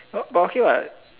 b~ but okay what